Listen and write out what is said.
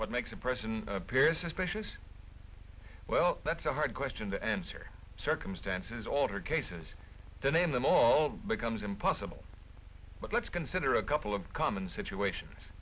what makes a person appear suspicious well that's a hard question to answer circumstances alter cases to name them all becomes impossible but let's consider a couple of common situations